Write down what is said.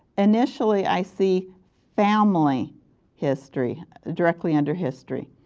initially i see family history directly under history.